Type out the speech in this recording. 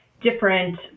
different